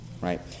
right